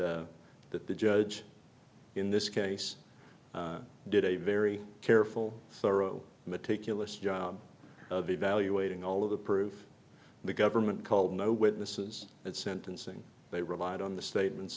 e that the judge in this case did a very careful thorough meticulous job of evaluating all of the proof the government called no witnesses and sentencing they relied on the statements